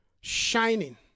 shining